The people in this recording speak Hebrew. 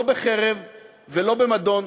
לא בחרב ולא במדון,